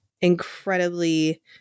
incredibly